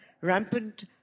Rampant